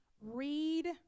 read